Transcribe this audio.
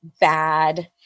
bad